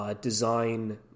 design